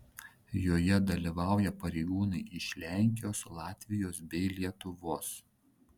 joje dalyvauja pareigūnai iš lenkijos latvijos bei lietuvos